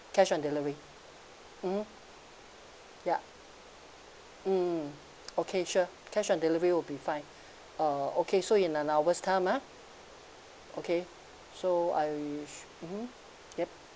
cash on delivery mmhmm ya mm okay sure cash on delivery would be fine uh okay so in an hour's time ah okay so I should mmhmm yup